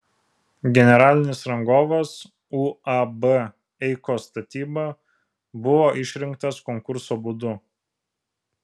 generalinis rangovas uab eikos statyba buvo išrinktas konkurso būdu